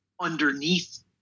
underneath